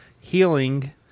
healing